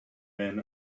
men